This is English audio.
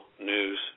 news